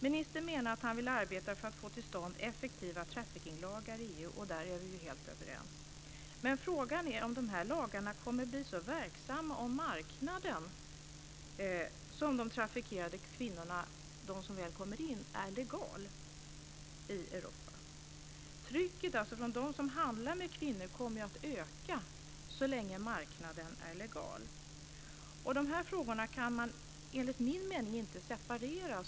Ministern menar att han vill arbeta för att få till stånd effektiva trafficking-lagar i EU, och där är vi helt överens. Men frågan är om de här lagarna kommer att bli så verksamma om marknaden där dessa kvinnor kommer in är legal i Europa. Trycket från dem som handlar med kvinnor kommer att öka så länge marknaden är legal. De här frågorna, trafficking och prostitution, kan man enligt min mening inte separera.